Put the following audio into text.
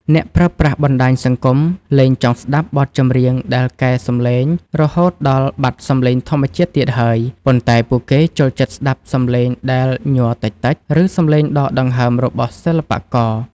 អ្នកប្រើប្រាស់បណ្តាញសង្គមលែងចង់ស្ដាប់បទចម្រៀងដែលកែសំឡេងរហូតដល់បាត់សម្លេងធម្មជាតិទៀតហើយ ប៉ុន្តែពួកគេចូលចិត្តស្ដាប់សម្លេងដែលញ័រតិចៗ ឬសម្លេងដកដង្ហើមរបស់សិល្បករ